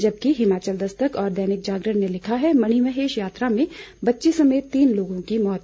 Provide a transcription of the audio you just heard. जबकि हिमाचल दस्तक और दैनिक जागरण ने लिखा है मणिमहेश यात्रा में बच्ची समेत तीन लोगों की मौत